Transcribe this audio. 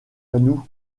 nous